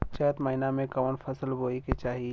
चैत महीना में कवन फशल बोए के चाही?